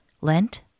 Lent